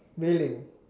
very leng